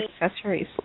accessories